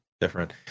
different